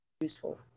useful